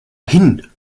hin